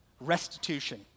restitution